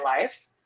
life